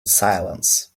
silence